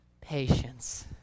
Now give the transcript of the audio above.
patience